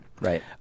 Right